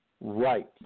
Right